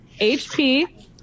hp